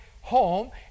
home